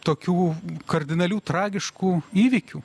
tokių kardinalių tragiškų įvykių